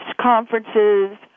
conferences